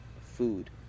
food